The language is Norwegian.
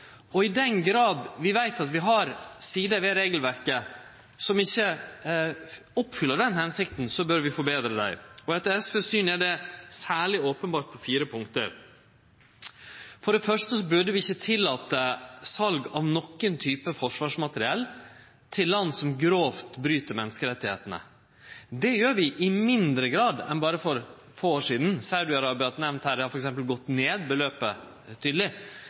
Og i den grad vi veit at vi har sider ved regelverket som ikkje oppfyller den hensikta, bør vi forbetre dei, og etter SVs syn er dette særleg openbert på fire punkt: For det første burde vi ikkje tillate sal av nokon type forsvarsmateriell til land som grovt bryt menneskerettane. Det gjer vi i mindre grad enn berre for få år sidan. Saudi-Arabia har vore nemnt her – der har f.eks. beløpet gått betydeleg ned. Men det